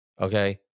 okay